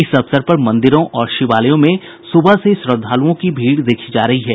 इस अवसर पर मंदिरों और शिवालयों में सुबह से ही श्रद्वालुओं की भीड़ देखी जा रही है